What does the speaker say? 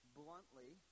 bluntly